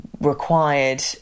required